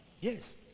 yes